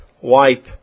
wipe